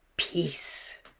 peace